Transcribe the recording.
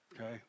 okay